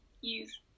use